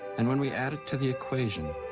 and when we add it to the equation,